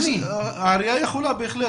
העירייה יכולה בהחלט.